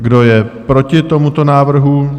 Kdo je proti tomuto návrhu?